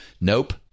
Nope